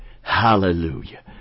Hallelujah